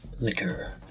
liquor